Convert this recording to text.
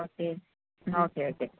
okay okay okay